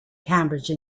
cambridge